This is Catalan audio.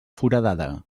foradada